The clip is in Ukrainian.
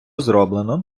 зроблено